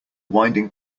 winding